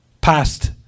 passed